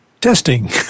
testing